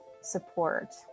support